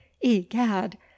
egad